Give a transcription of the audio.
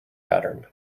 pattern